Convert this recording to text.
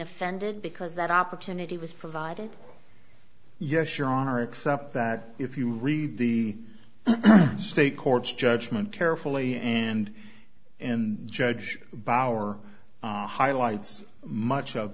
offended because that opportunity was provided yes your honor except that if you read the state courts judgment carefully and and judge by our highlights much of